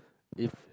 if